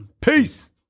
Peace